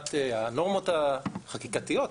מבחינת הנורמות החקיקתיות,